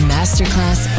Masterclass